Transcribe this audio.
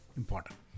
important